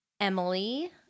Emily